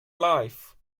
life